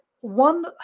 one